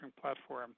platform